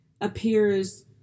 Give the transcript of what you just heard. appears